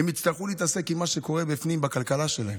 הם יצטרכו להתעסק עם מה שקורה בפנים, בכלכלה שלהם.